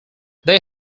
they